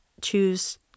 choose